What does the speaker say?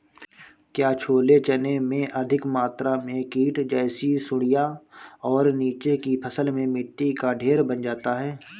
क्या छोले चने में अधिक मात्रा में कीट जैसी सुड़ियां और नीचे की फसल में मिट्टी का ढेर बन जाता है?